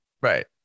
right